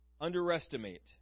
underestimate